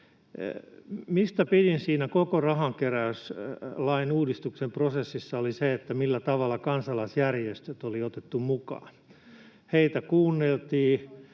Mistä pidin siinä koko rahankeräyslain uudistuksen prosessissa oli se, millä tavalla kansalaisjärjestöt oli otettu mukaan. Heitä kuunneltiin,